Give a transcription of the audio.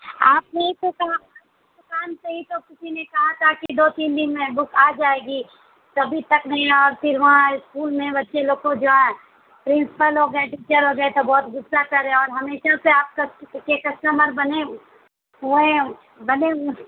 آپ نے ہی تو کہا دوکان سے ہی تو کسی نے کہا تھا کہ دو تین دن میں بک آ جائے گی تبھی تک نہیں اور پھر وہاں اسکول میں بچے لوگ کو جائیں پرنسپل ہو گئے ٹیچر ہو گئے سب بہت غصہ کرے اور ہمیشہ سے آپ کے کسٹمر بنے ہوئے بنے